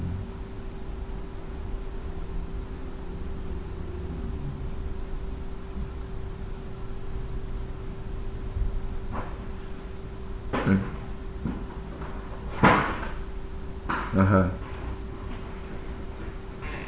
eh (uh huh)